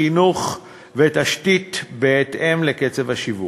חינוך ותשתיות בהתאם לקצב השיווק.